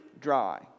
dry